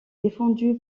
défendu